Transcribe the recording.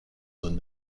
zone